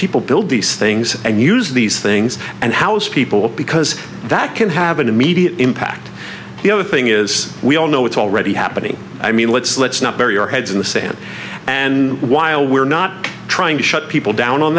people build these things and use these things and house people because that can have an immediate impact the other thing is we all know it's already happening i mean let's let's not bury our heads in the sand and while we're not trying to shut people down on